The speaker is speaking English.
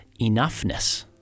enoughness